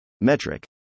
Metric